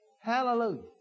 Hallelujah